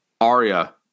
Arya